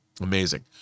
Amazing